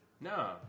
No